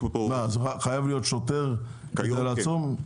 מה, חייב להיות שוטר כדי לעצור?